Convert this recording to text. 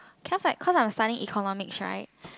cause like cause I'm studying economics right